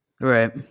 Right